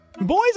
Boys